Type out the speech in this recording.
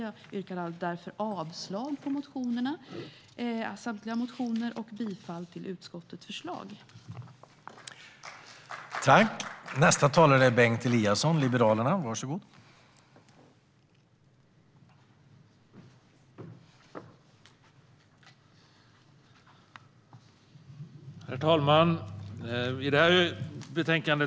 Jag yrkar därför avslag på samtliga reservationer och bifall till utskottets förslag i betänkandet.